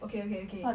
okay okay okay